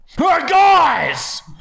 Guys